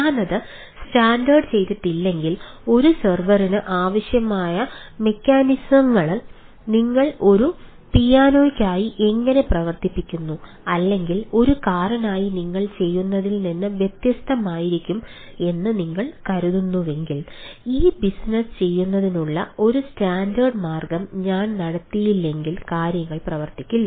ഞാനത് സ്റ്റാൻഡേർഡ് മാർഗ്ഗം ഞാൻ നടത്തിയില്ലെങ്കിൽ കാര്യങ്ങൾ പ്രവർത്തിക്കില്ല